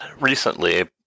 recently